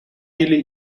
jullie